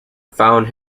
found